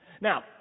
Now